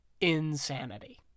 insanity